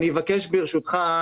ברשותך,